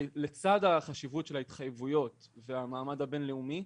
לצד החשיבות של ההתחייבויות והמעמד הבין-לאומי,